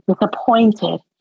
disappointed